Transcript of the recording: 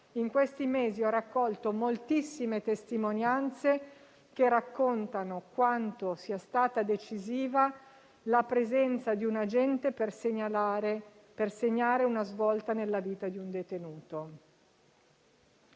In questi mesi ho raccolto moltissime testimonianze che raccontano quanto sia stata decisiva la presenza di un agente per segnare una svolta nella vita di un detenuto.